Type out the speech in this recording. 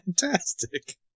Fantastic